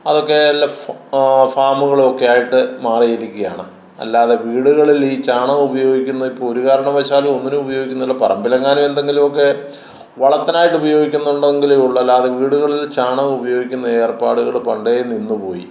അതൊക്കെ എല്ലാ ഫാമുകളുമൊക്കെ ആയിട്ട് മാറിയിരിക്കയാണ് അല്ലതെ വീടുകളിലീ ചാണകമുപയോഗിക്കുന്നതിപ്പോള് ഒരു കാരണവശാലും ഒന്നിനും ഉപയോഗിക്കുന്നില്ല പറമ്പിലെങ്ങാനും എന്തെങ്കിലുമൊക്കെ വളത്തിനായിട്ടുപയോഗിക്കുന്നുണ്ടെങ്കിലേ ഉള്ളു അല്ലാതെ വീടുകളില് ചാണകമുപയോഗിക്കുന്ന ഏർപ്പാടുകള് പണ്ടേ നിന്ന് പോയി